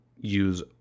use